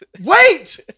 Wait